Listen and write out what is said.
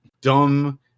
dumb